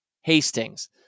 Hastings